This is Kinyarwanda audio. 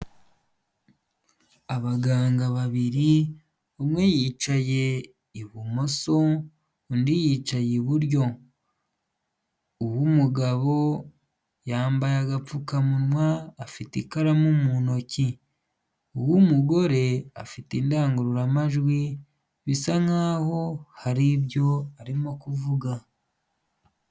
Abaganga babiri, umwe yicaye ibumoso undi yicaye iburyo. Uw’umugabo yambaye agapfukamunwa, afite ikaramu mu ntoki. Uw’umugore afite indangururamajwi bisa nk’aho har’ibyo arimo kuvuga.